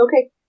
Okay